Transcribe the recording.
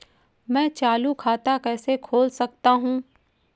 मैं चालू खाता कैसे खोल सकता हूँ?